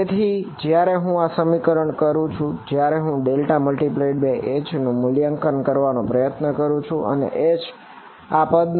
તેથી જયારે હું અહીં આ સમીકરણ કરું છું જયારે હું ∇×H નું મૂલ્યાંકન કરવાનો પ્રયત્ન કરું છું અને H આ પદ નો છે